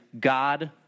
God